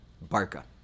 Barca